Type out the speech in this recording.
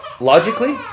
logically